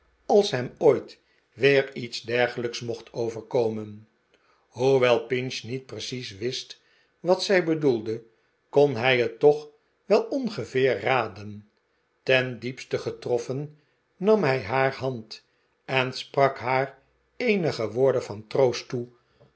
als hem ooit weer iets dergelijks mocht overkomen hoewel pinch niet precies wist wat zij t bedoelde kon hij het toch wel ongeveer raden ten diepste getroffen nam hij haar hand en sprak haar eenige woorden van troost toe